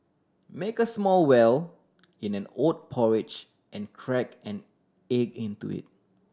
make a small well in an oat porridge and crack an egg into it